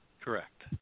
Correct